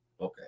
Okay